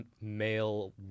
male